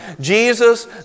Jesus